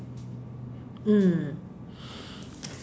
mm